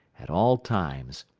at all times,